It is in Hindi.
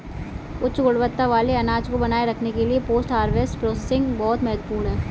उच्च गुणवत्ता वाले अनाज को बनाए रखने के लिए पोस्ट हार्वेस्ट प्रोसेसिंग बहुत महत्वपूर्ण है